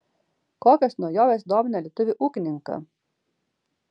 kokios naujovės domina lietuvį ūkininką